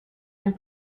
and